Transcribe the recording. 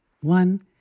One